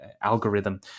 algorithm